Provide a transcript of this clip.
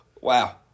Wow